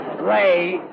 Ray